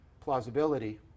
plausibility